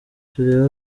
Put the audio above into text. tureba